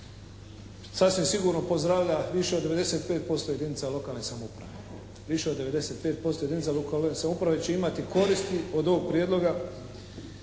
sasvim sigurno pozdravlja više od 95% jedinica lokalne samouprave. Više od 95% lokalne samouprave će imati koristi od ovog prijedloga